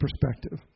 perspective